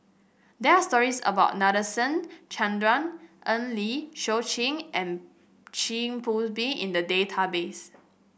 there are stories about Nadasen Chandra Eng Lee Seok Chee and Chin Poon Bee in the database